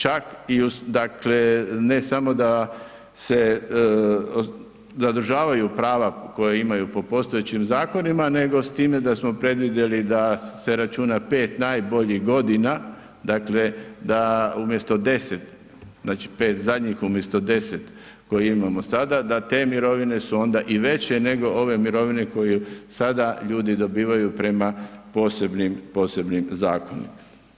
Čak i dakle, ne samo da se zadržavaju prava koja imaju po postojećim zakonima nego s time da smo predvidjeli da se računa 5 najboljih godina, dakle da umjesto 10, znači 5 zadnjih umjesto 10 koje imamo sada da te mirovine su onda i veće nego ove mirovine koje sada ljudi dobivaju prema posebnim, posebnim zakonima.